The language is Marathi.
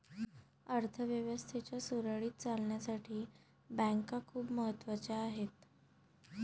अर्थ व्यवस्थेच्या सुरळीत चालण्यासाठी बँका खूप महत्वाच्या आहेत